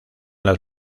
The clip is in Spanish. las